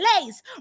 place